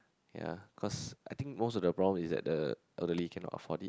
ya cause I think most of the problem is that the elderly cannot afford it